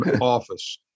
office